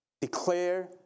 declare